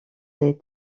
les